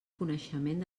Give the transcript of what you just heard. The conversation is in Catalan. coneixement